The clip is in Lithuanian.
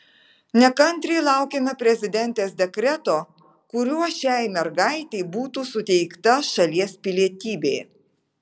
nekantriai laukiame prezidentės dekreto kuriuo šiai mergaitei būtų suteikta šalies pilietybė